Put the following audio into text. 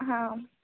हां